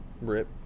Rip